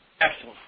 Excellent